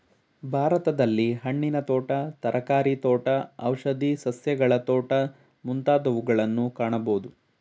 ಭಾರತದಲ್ಲಿ ಹಣ್ಣಿನ ತೋಟ, ತರಕಾರಿ ತೋಟ, ಔಷಧಿ ಸಸ್ಯಗಳ ತೋಟ ಮುಂತಾದವುಗಳನ್ನು ಕಾಣಬೋದು